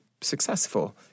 successful